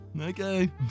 Okay